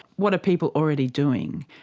what are people already doing?